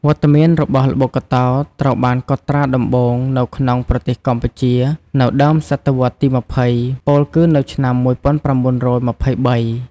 វត្តមានរបស់ល្បុក្កតោត្រូវបានកត់ត្រាដំបូងនៅក្នុងប្រទេសកម្ពុជានៅដើមសតវត្សរ៍ទី២០ ពោលគឺនៅឆ្នាំ១៩២៣។